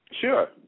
Sure